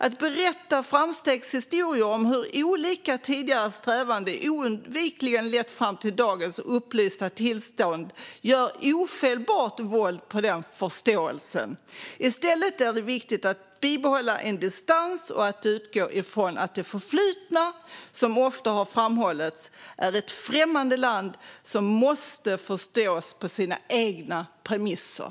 Att berätta framstegshistorier om hur olika tidigare strävanden oundvikligen lett fram till dagens upplysta tillstånd gör ofelbart våld på den förståelsen. I stället är det viktigt att bibehålla en distans och att utgå ifrån att det förflutna, som ofta har framhållits, är ett främmande land som måste förstås på sina egna premisser.